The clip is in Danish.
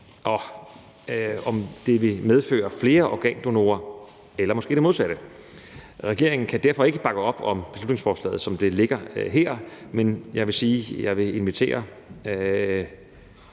og om det vil medføre flere organdonorer eller måske det modsatte. Regeringen kan derfor ikke bakke op om beslutningsforslaget, som det ligger her, men jeg vil sige, at jeg vil invitere